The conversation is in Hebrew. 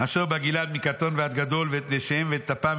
אשר בגלעד מקטון עד גדול ואת נשיהם ואת טפם